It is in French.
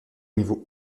niveau